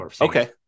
Okay